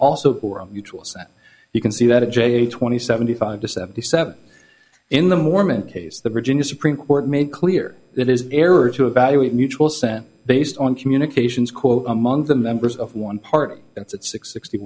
also mutual you can see that a j twenty seventy five to seventy seven in the mormon case the virginia supreme court made clear that is error to evaluate mutual sent based on communications quote among the members of one party that's it six sixty